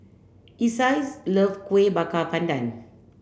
Isai love Kuih Bakar Pandan